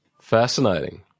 Fascinating